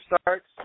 starts